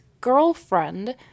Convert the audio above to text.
girlfriend